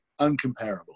uncomparable